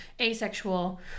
asexual